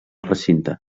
recinte